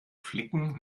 flicken